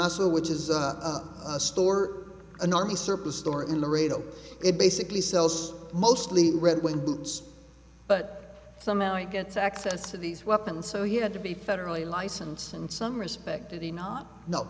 nasa which is a store an army surplus store in the raido it basically sells mostly red wing boots but somehow it gets access to these weapons so you had to be federally licensed in some respect to the not no